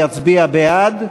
יצביע בעד.